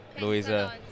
Louisa